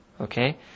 Okay